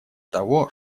того